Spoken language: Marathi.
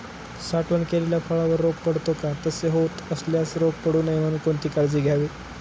साठवण केलेल्या फळावर रोग पडतो का? तसे होत असल्यास रोग पडू नये म्हणून कोणती काळजी घ्यावी?